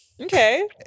Okay